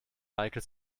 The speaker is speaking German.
meike